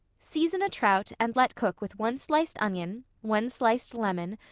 season a trout and let cook with one sliced onion, one sliced lemon,